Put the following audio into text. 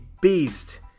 beast